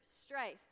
strife